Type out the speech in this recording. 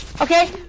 Okay